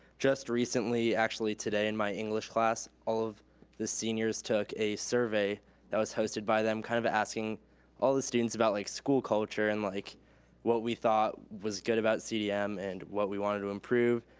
just recently, actually today in my english class, all of the seniors took a survey that was hosted by them, kinda kind of asking all the students about like school culture, and like what we thought was good about cdm and what we wanted to improve.